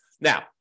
Now